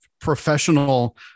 professional